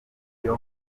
iyo